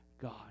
God